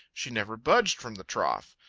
she never budged from the trough.